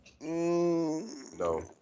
No